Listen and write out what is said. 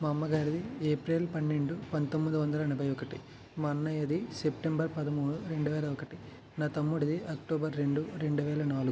మా అమ్మగారిది ఏప్రిల్ పన్నెండు పంతొమ్మిది వందల ఎనభై ఒకటి మా అన్నయ్యది సెప్టెంబర్ పదమూడు రెండు వేల ఒకటి నా తమ్ముడిది అక్టోబర్ రెండు రెండు వేల నాలుగు